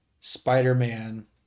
Spider-Man